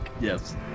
Yes